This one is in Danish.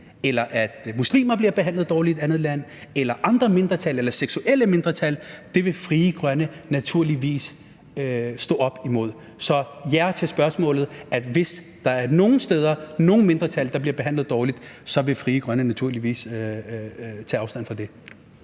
eller at muslimer bliver behandlet dårligt i et land, eller at andre mindretal, f.eks. seksuelle mindretal, bliver behandlet dårligt, vil Frie Grønne naturligvis stå op imod. Så svaret på spørgsmålet er ja. Hvis der er nogle steder, hvor nogle mindretal bliver behandlet dårligt, så vil Frie Grønne naturligvis tage afstand fra det.